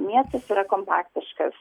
miestas yra kompaktiškas